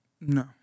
No